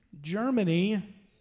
Germany